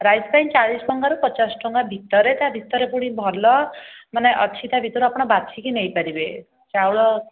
rice ପାଇଁ ଚାଳିଶ ଟଙ୍କାରୁ ପଚାଶ ଟଙ୍କା ଭିତରେ ତା ଭିତରେ ପୁଣି ଭଲ ମାନେ ଅଛି ତା ଭିତରୁ ଆପଣ ବାଛିକି ନେଇପାରିବେ ଚାଉଳ